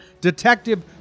Detective